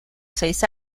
seis